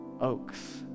Oaks